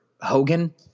Hogan